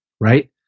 Right